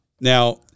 Now